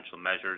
measures